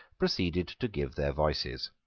proceeded to give their voices.